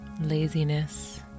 laziness